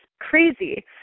crazy